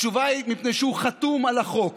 התשובה היא: מפני שהוא חתום על החוק.